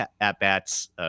at-bats